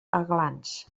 aglans